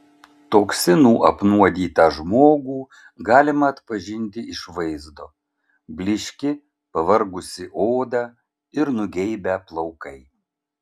toksinų apnuodytą žmogų galima atpažinti iš vaizdo blyški pavargusi oda ir nugeibę plaukai